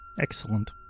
Excellent